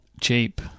cheap